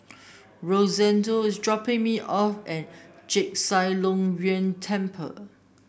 Rosendo is dropping me off at Chek Chai Long Chuen Temple